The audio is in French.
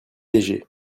léger